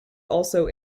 also